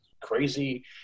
crazy